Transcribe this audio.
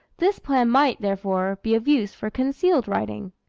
this plan might, therefore, be of use for concealed writing.